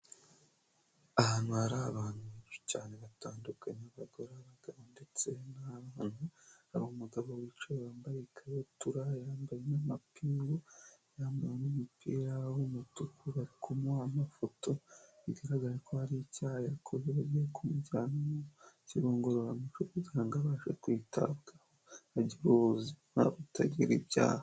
Ahantu hari abantu benshi cyane batandukanye nabagore abagabo ndetse n'a han hari umugabo wica wambaye ikabutura yambaye n'amapingu yambara n'umupira w umutukura kumuha amafoto bigaragara ko hari icyaha yakorewe kumujyana mu kigo ngororamucogangaranga abashe kwitabwaho bagira ubuzima butagira ibyaha.